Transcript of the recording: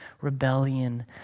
rebellion